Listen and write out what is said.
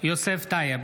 יוסף טייב,